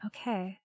okay